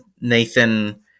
nathan